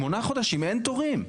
שמונה חודשים אין תורים.